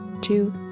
two